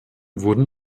wurden